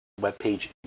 webpage